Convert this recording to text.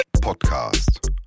Podcast